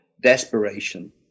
desperation